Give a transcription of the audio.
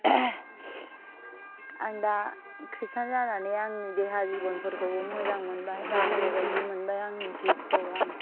आं दा कृस्टान जानानै आंनि देहा जिबनफोरखौ मोजां मोनबाय बासायनायबायदि मोनबाय आंनि जिउखौ आं